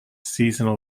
seasonal